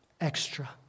extra